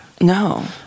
No